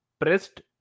pressed